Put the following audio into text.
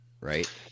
right